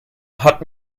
hat